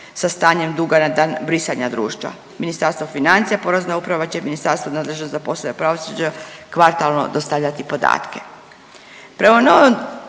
sa stanjem duga na dan brisanja društva. Ministarstvo financija i porezna uprava će ministarstvu nadležnom za poslove pravosuđe kvartalno dostavljati podatke.